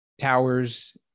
towers